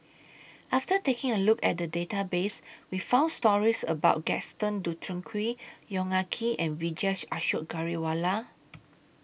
after taking A Look At The Database We found stories about Gaston Dutronquoy Yong Ah Kee and Vijesh Ashok Ghariwala